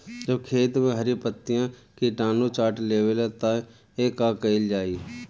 जब खेत मे हरी पतीया किटानु चाट लेवेला तऽ का कईल जाई?